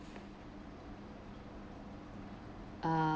err